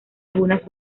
algunas